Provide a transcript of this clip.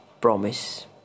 promise